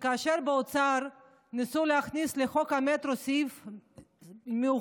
שכאשר באוצר ניסו להכניס לחוק המטרו סעיף מיוחד,